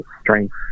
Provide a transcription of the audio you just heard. strength